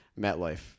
MetLife